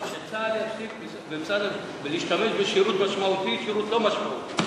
אבל שצה"ל יפסיק להשתמש ב"שירות משמעותי" ו"שירות לא משמעותי".